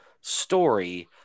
story